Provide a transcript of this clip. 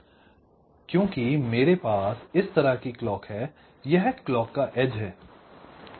क्योंकि मेरे पास इस तरह की क्लॉक है यह क्लॉक का एज है